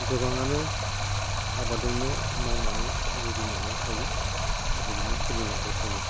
गोबांआनो आबादानो मावनानै जुजिनानै थायो आरो बिदिनो सोलिलांबाय थायो